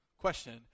question